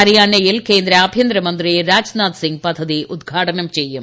ഹരിയാനയിൽ കേന്ദ്ര ആഭ്യന്തരമന്ത്രി രാജ്നാഥ് സിംഗ് പദ്ധതി ഉദ്ഘാടനം ചെയ്യും